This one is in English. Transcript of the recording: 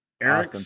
Eric